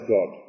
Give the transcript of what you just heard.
God